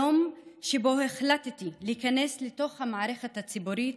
היום שבו החלטתי להיכנס לתוך המערכת הציבורית,